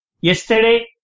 Yesterday